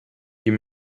you